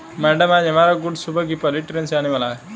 madam आज हमारा goods सुबह की पहली ट्रैन से आने वाला है